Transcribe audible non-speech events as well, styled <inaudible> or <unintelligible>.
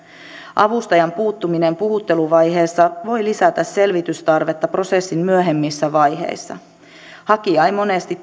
avustajan puuttuminen puhutteluvaiheessa voi lisätä selvitystarvetta prosessin myöhemmissä vaiheissa hakija ei monesti <unintelligible>